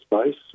space